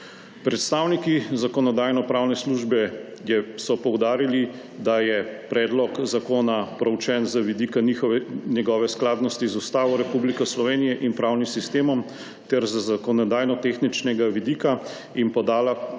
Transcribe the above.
Predstavniki Zakonodajno-pravne službe so poudarili, da je predlog zakona preučen z vidika njegove skladnosti z Ustavo Republike Slovenije in pravnim sistemom ter z zakonodajno-tehničnega vidika, in podala pripombe